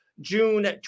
June